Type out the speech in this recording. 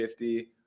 50